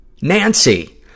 Nancy